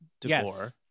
decor